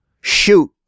shoot